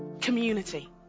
community